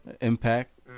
Impact